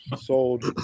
sold